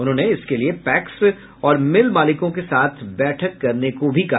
उन्होंने इसके लिये पैक्स और मिल मालिकों के साथ बैठक करने को कहा